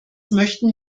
möchten